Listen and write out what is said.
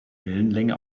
wellenlänge